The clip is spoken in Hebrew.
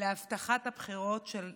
להבטחת הבחירות של נתניהו,